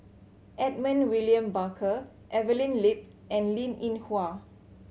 Edmund William Barker Evelyn Lip and Linn In Hua